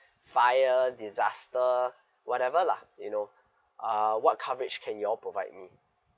fire disaster whatever lah you know uh what coverage can you all provide me